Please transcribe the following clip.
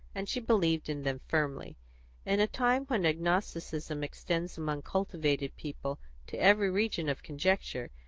and she believed in them firmly in a time when agnosticism extends among cultivated people to every region of conjecture,